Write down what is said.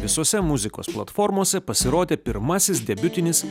visose muzikos platformose pasirodė pirmasis debiutinis